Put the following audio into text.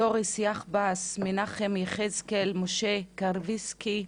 דוריס יחבס, מנחם יחזקאל, משה קרביצקי,